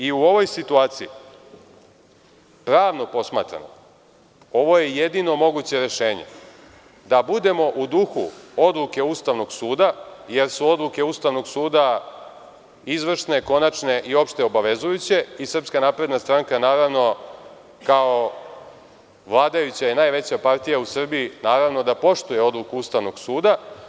U ovoj situaciji, pravno posmatrano, ovo je jedino moguće rešenje, da budemo u duhu odluke Ustavnog suda, jer su odluke Ustavnog suda izvršne, konačne i opšte obavezujuće i SNS, kao vladajuća i najveća partija u Srbiji, poštuje odluku Ustavnog suda.